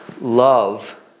love